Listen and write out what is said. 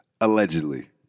allegedly